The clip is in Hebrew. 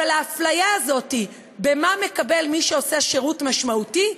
אבל האפליה הזאת במה שמקבל מי שעושה שירות משמעותי,